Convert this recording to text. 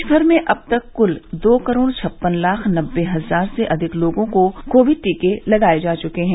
देशमर में अब तक कुल दो करोड़ छप्पन लाख नब्बे हजार से अधिक लोगों को कोविड टीके लगाए जा चुके हैं